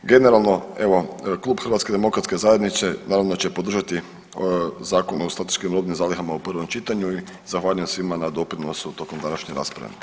Generalno, evo klub HDZ-a naravno da će podržati Zakon o strateškim robnim zalihama u prvom čitanju i zahvaljujem svima na doprinosu tokom današnje rasprave.